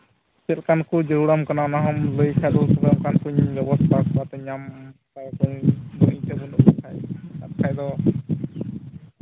ᱪᱮᱫ ᱞᱮᱠᱟᱱ ᱠᱚ ᱡᱟᱹᱨᱩᱲᱟᱢ ᱠᱟᱱᱟ ᱚᱱᱟ ᱦᱚᱢ ᱵᱮᱵᱚᱥᱛᱷᱟ ᱠᱟᱛᱮᱧ ᱧᱟᱢ ᱟᱨ ᱵᱟᱠᱷᱟᱱ ᱫᱚ